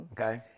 Okay